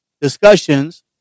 discussions